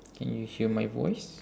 can you hear my voice